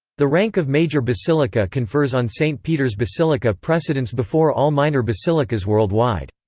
the rank of major basilica confers on st. peter's basilica precedence before all minor basilicas worldwide.